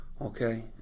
okay